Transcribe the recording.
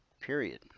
Period